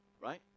right